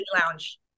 lounge